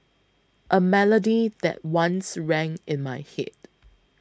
a melody that once rang in my head